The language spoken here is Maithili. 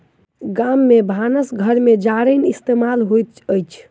गाम में भानस घर में जारैन इस्तेमाल होइत अछि